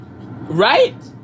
Right